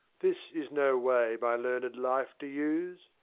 this is no way my learned life to use!